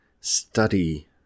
study